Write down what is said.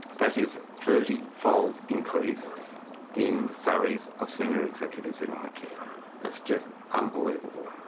that is a thirty fold increase in the salaries of senior executives in ah icare. that's just unbelievable.